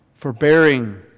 forbearing